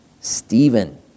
Stephen